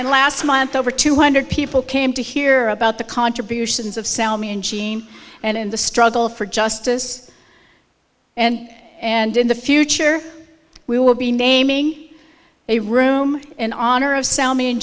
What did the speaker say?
and last month over two hundred people came to hear about the contributions of sell me and sheen and in the struggle for justice and and in the future we will be naming a room in honor of s